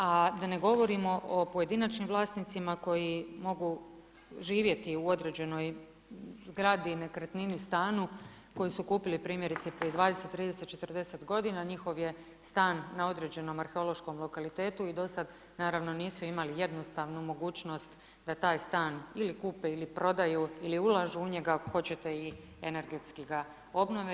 A da ne govorimo o pojedinačnim vlasnicima koji mogu živjeti u određenoj zgradi i nekretnini, stanu koji su kupili primjerice prije 20, 30, 40 godina, njihov je stan na određenom arheološkom lokalitetu i do sad naravno nisu imali jednostavnu mogućnost da taj stan ili kupe ili prodaju ili ulažu u njega, ako hoćete i energetski ga obnove.